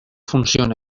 funciona